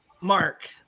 Mark